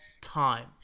time